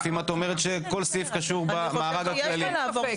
אם את אומרת שכל סעיף קשור במארג הכללי.